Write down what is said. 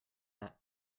that